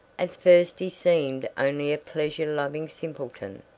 at first he seemed only a pleasure-loving simpleton,